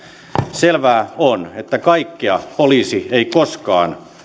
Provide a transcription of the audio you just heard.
selvää on että kaikkea poliisi ei koskaan